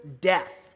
death